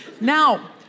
Now